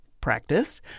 practice